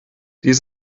dies